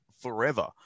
forever